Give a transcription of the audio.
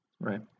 right